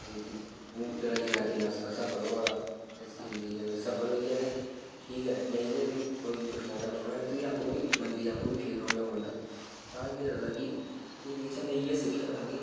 तेरा जीना किन्ना सफल होआ दा इस जिंदगी च अगर सफल होई गेआ ते ठीक ऐ नेईं ते फ्ही कोई पुच्छने आह्ला नेईं होना ऐ बी तुसेंगी आपूं बी बंदे गी आपूं बी फील होन लगी पौंदा तां गै मिगी लगदा कि जिंदगी चा मी इ'यै सिक्खे दा हा कि